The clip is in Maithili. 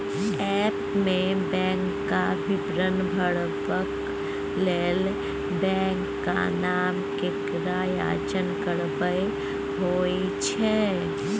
ऐप्प मे बैंकक विवरण भरबाक लेल बैंकक नाम केर चयन करब होइ छै